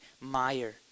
Meyer